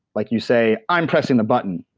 like you say, i'm pressing the button.